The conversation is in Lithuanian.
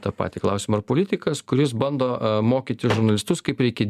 tą patį klausimą ar politikas kuris bando mokyti žurnalistus kaip reikia